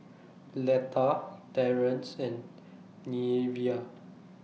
Letta Terance and Neveah